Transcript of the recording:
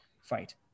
fight